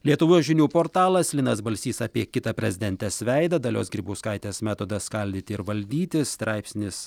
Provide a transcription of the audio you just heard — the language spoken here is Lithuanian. lietuvos žinių portalas linas balsys apie kitą prezidentės veidą dalios grybauskaitės metodą skaldyti ir valdyti straipsnis